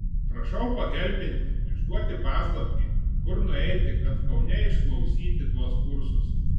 prašau pahelpinti išduoti paslaptį kur nueiti kad kaune išklausyti tuos kursus